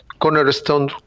cornerstone